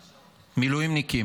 מילואימניקים,